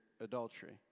adultery